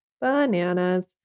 Bananas